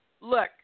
look